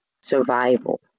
survival